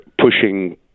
pushing